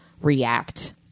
react